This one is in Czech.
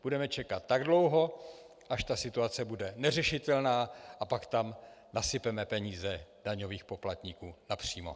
Budeme čekat tak dlouho, až ta situace bude neřešitelná, a pak tam nasypeme peníze daňových poplatníků napřímo.